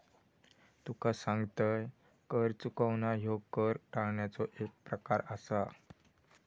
तुका सांगतंय, कर चुकवणा ह्यो कर टाळण्याचो एक प्रकार आसा